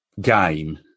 game